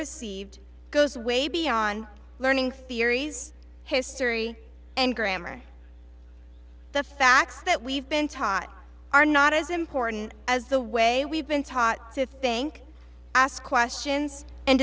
received goes way beyond learning theories history and grammar the facts that we've been taught are not as important as the way we've been taught to think ask questions and